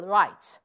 rights